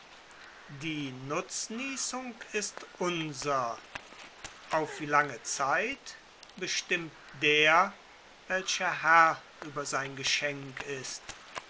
die nutznießung ist unser auf wie lange zeit bestimmt der welcher herr über sein geschenk ist